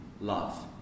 love